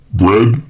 bread